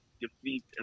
defeat